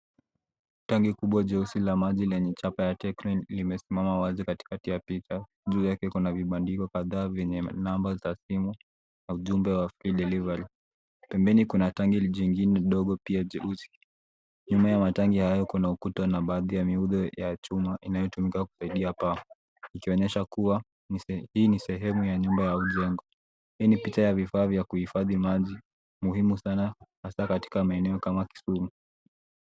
Tangi kubwa jeusi la maji lenye chapa ya Techno limesimama wazi katikati ya pipa. Juu yake kuna vibandiko kadhaa zenye namba ya simu na ujumbe wa Free Delivery . Pembeni kuna tangi jingine dogo pia jeusi. Nyuma ya matangi hayo kuna ukuta na baadhi ya miundo ya chuma inayotumika kusaidia paa ikionyesha kuwa hii ni sehemu ya nyumba ya ujengo. Hii ni picha ya vifaa vya kuhifadhi maji; muhimu sana hasa katika maeneo kama Kisumu.